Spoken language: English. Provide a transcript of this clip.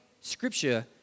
Scripture